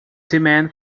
demand